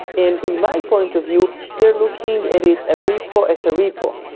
in in my point of view, they're looking at it ah repo at a repo,